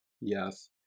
Yes